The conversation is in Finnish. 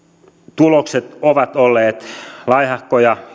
tulokset ovat olleet laihahkoja